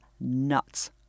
nuts